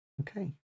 Okay